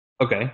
Okay